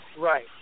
Right